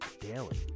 daily